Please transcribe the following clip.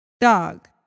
Dog